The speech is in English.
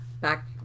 back